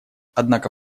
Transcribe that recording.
однако